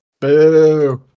Boo